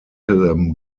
them